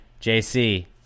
JC